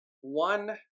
one